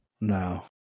No